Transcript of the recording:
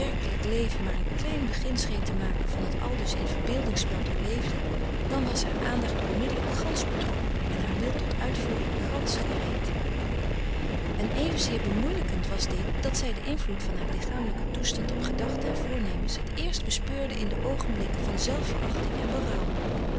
werkelijk leven maar een klein begin scheen te maken van het aldus in verbeeldingsspel doorleefde dan was haar aandacht onmiddellijk gansch betrokken en haar wil tot uitvoering gansch gereed en evenzeer bemoeielijkend was dit dat zij den invloed van haar lichamelijken toestand op gedachten en voornemens het eerst bespeurde in de oogenblikken van zelfverachting en berouw